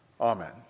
Amen